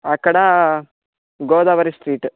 అక్కడా గోదావరి స్ట్రీట్